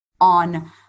on